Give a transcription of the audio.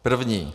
První.